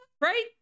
right